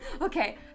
Okay